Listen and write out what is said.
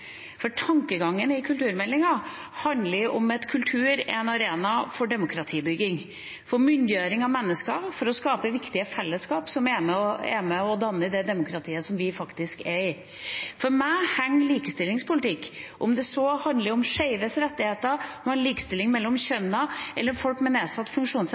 For tankegangen i kulturmeldinga handler om at kultur er en arena for demokratibygging, for myndiggjøring av mennesker, for å skape viktige fellesskap som er med og danner det demokratiet som vi faktisk er i. For meg handler likestillingspolitikk – om det så gjelder skeives rettigheter, likestilling mellom kjønnene eller folk med nedsatt